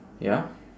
ya